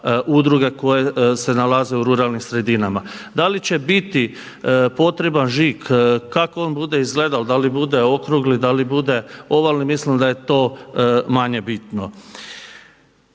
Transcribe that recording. udruge koje se nalaze u ruralnim sredinama. Da li će biti potreban žig, kako on bude izgledao, da li bude okrugli, da li bude okrugli, da li bude ovalni, mislim da je to manje bitno.